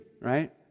right